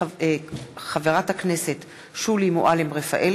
מאת חברי הכנסת אלכס מילר,